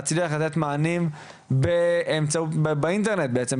להצליח לתת מענים באינטרנט בעצם.